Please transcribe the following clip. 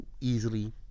easily